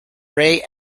ray